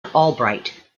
albright